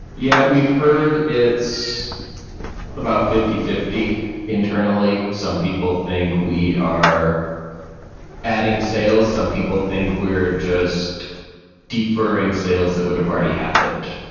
yeah. we've heard it's about fifty fifty internally. some people think we are adding sales. some people think we're just deferring sales that would have already happened.